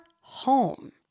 home